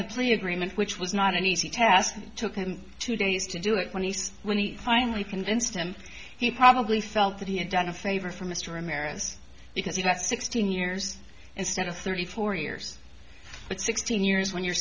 a plea agreement which was not an easy task took him two days to do it when he when he finally convinced him he probably felt that he had done a favor for mr america's because he got sixteen years instead of thirty four years but sixteen years when you're